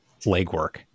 legwork